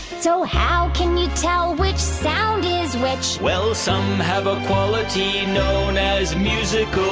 so how can you tell which sound is which? well, some have a quality known as musical